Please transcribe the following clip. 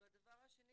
והדבר השני,